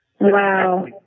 Wow